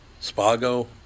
Spago